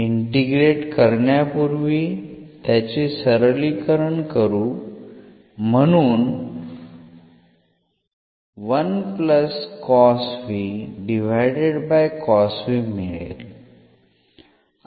integrate करण्यापूर्वी त्याचे सरलीकरण करू म्हणून मिळेल